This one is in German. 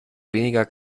weniger